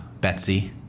betsy